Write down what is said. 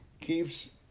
keeps